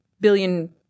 billion